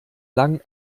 lang